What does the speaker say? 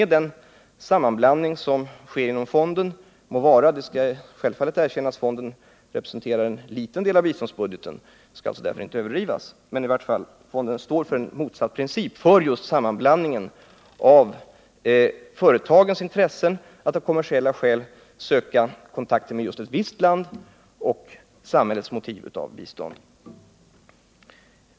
Det skall gärna erkännas att fonden representerar en liten del av biståndsbudgeten, varför det här inte skall överdrivas, men fonden står i alla fall för en motsatt princip, för en sammanblandning av företagens intresse att av kommersiella skäl söka kontakt med ett visst land och samhällets motiv för bistånd.